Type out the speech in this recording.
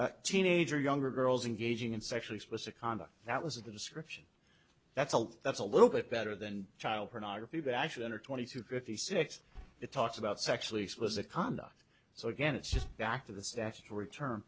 or teenager younger girls engaging in sexual explicit conduct that was a description that's a lot that's a little bit better than child pornography but actually under twenty to fifty six it talks about sexually explicit conduct so again it's just back to the statutory term